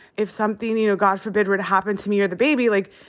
if something, you know, god forbid, were to happen to me or the baby, like,